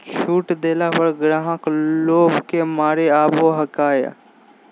छुट देला पर ग्राहक लोभ के मारे आवो हकाई